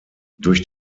durch